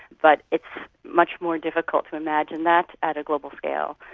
but it's much more difficult to imagine that at a global scale.